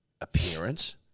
appearance